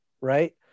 right